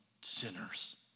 sinners